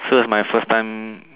so is my first time